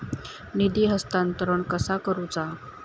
निधी हस्तांतरण कसा करुचा?